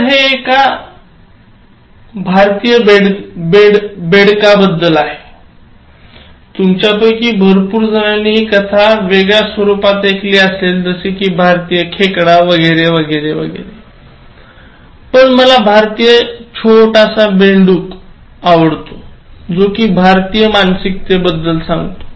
तर हे भारतीय बेडूकबद्दल आहेः तुमच्यापैकी भरपूर जणांनी हि कथा वेगळ्या स्वरूपात ऐकली असेल जसे कि भारतीय खेकडा वगैरे वगैरे पण मला भारतीय छोटासा बेंडूक आवडतो जो कि भारतीय मानसिकतेबद्दल सांगतो